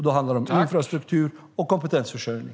Då handlar det om infrastruktur och kompetensförsörjning.